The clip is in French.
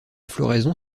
floraison